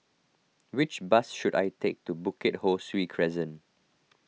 which bus should I take to Bukit Ho Swee Crescent